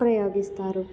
ప్రయోగిస్తారు